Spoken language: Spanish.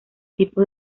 tipos